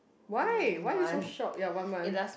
why why you so shock ya one month